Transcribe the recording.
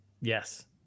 Yes